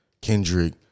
kendrick